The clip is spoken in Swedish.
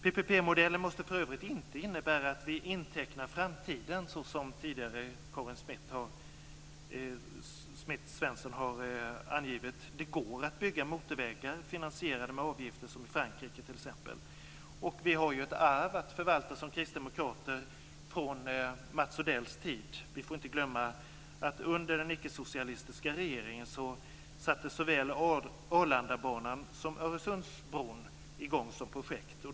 PPP-modellen måste för övrigt inte innebära att vi intecknar framtiden, såsom tidigare Karin Svensson Smith har angivit. Det går att bygga motorvägar finansierade med avgifter som i t.ex. Frankrike. Vi har ett arv att förvalta som kristdemokrater från Mats Odells tid. Vi får inte glömma att under den icke-socialistiska regeringen sattes såväl Arlandabanan som Öresundsbron i gång som projekt.